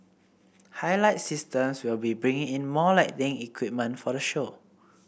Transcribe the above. Highlight Systems will be bringing in more lighting equipment for the show